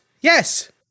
Yes